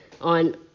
on